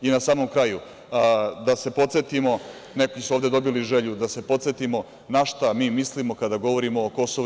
I na samom kraju, da se podsetimo, neki su ovde dobili želju da se podsetimo na šta mi mislimo kada govorimo o KiM.